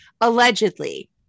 Allegedly